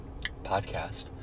podcast